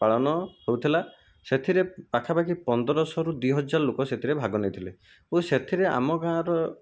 ପାଳନ ହେଉଥିଲା ସେଥିରେ ପାଖାପାଖି ପନ୍ଦରଶହରୁ ଦୁଇହଜାର ଲୋକ ସେଥିରେ ଭାଗ ନେଇଥିଲେ ଓ ସେଥିରେ ଆମ ଗାଁର